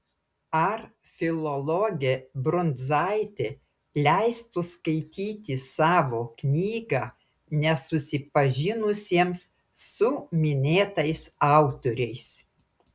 ar filologė brundzaitė leistų skaityti savo knygą nesusipažinusiesiems su minėtais autoriais